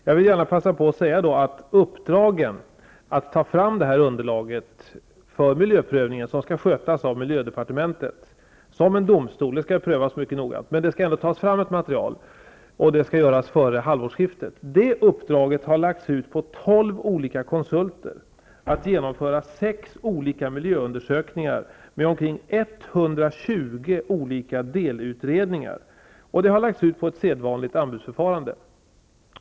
Jag vill gärna passa på att säga att uppdraget att ta fram underlaget för miljöprövningen, som skall göras av miljödepartementet -- det skall prövas mycket noga, som av en domstol -- före halvårsskiftet, har lagts ut på tolv olika konsulter: De skall genomföra sex olika miljöundersökningar med omkring 120 olika delutredningar. Det har lagts ut genom ett sedvanligt anbudsförfarande.